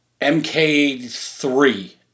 mk3